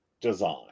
design